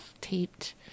taped